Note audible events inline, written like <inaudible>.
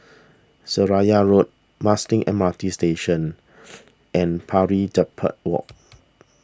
Seraya Road Musting M R T Station <noise> and Pari the Per Walk